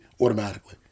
automatically